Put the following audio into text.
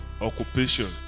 occupation